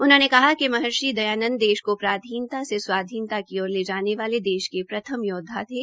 उन्होंने कहा कि महर्षि दयानंद देश को पराधीनता से स्वाधीनता की ओर ले जाने वाले देश के प्रथम योदवा थे